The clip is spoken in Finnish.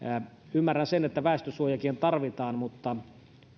ymmärrän sen että väestönsuojiakin tarvitaan mutta